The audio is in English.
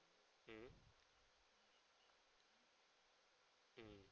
mmhmm